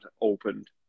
opened